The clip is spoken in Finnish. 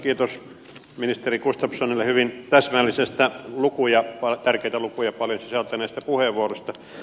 kiitos ministeri gustafssonille hyvin täsmällisestä tärkeitä lukuja paljon sisältäneestä puheenvuorosta